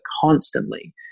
constantly